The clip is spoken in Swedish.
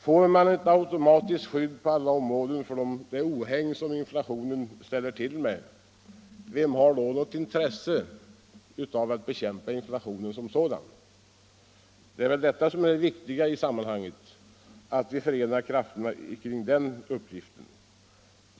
Får man ett automatiskt skydd på alla områden för det ohägn som inflationen ställer till med, vem har då något intresse av att bekämpa inflationen som sådan? Det viktiga i sammanhanget är att vi förenar krafterna kring uppgiften att bekämpa den.